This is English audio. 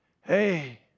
hey